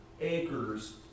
acres